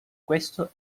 questo